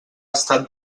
estat